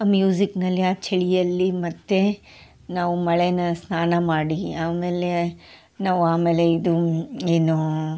ಆ ಮ್ಯೂಸಿಕ್ನಲ್ಲಿ ಆ ಚಳಿಯಲ್ಲಿ ಮತ್ತೆ ನಾವು ಮಳೆನ ಸ್ನಾನ ಮಾಡಿ ಆಮೇಲೆ ನಾವು ಆಮೇಲೆ ಇದು ಏನೂ